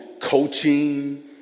coaching